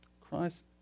Christ